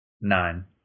nine